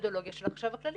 המתודולוגיה של החשב הכללי.